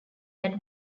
that